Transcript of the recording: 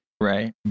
right